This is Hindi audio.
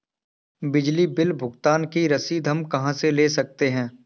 बिजली बिल भुगतान की रसीद हम कहां से ले सकते हैं?